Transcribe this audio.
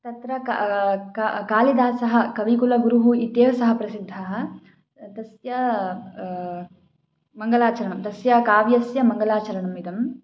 तत्र कः कः कालिदासः कविकुलगुरुः इत्येव सः प्रसिद्धः तस्य मङ्गलाचरणं तस्य काव्यस्य मङ्गलाचरणम् इदम्